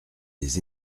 des